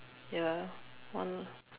ya one